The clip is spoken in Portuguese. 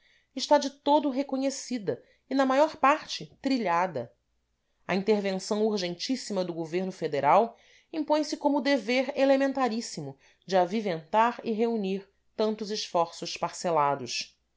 está de todo reconhecida e na maior parte trilhada a intervenção urgentíssima do governo federal impõe se como dever elementaríssimo de aviventar e reunir tantos esforços parcelados